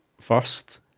first